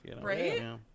Right